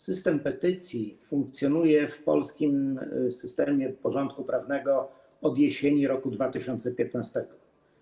System petycji funkcjonuje w polskim systemie porządku prawnego od jesieni roku 2015.